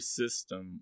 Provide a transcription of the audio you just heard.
system